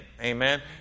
Amen